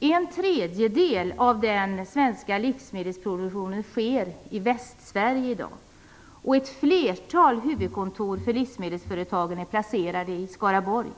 En tredjedel av den svenska livsmedelsproduktionen sker i Västsverige i dag, och ett flertal huvudkontor för livsmedelsföretagen är placerade i Skaraborg.